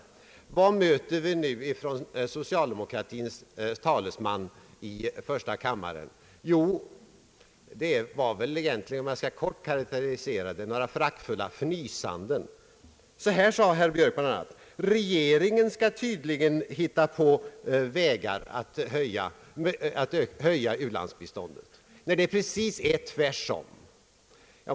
Men vad möter vi för gensvar från socialdemokratins talesman i första kammaren? Jo, om jag helt kort skall karakterisera det var det några föraktfulla fnysningar. Herr Björk sade bland annat att regeringen tydligen skall hitta på vägar att höja ulandsbiståndet. Men det är ju precis tvärtom!